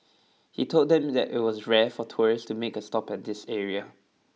he told them that it was rare for tourists to make a stop at this area